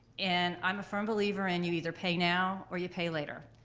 and i'm a firm believer in you either pay now or you pay later.